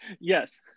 yes